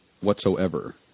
whatsoever